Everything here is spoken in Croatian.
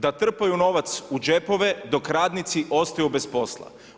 Da trpaju novac u džepove dok radnici ostaju bez posla.